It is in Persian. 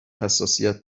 حساسیت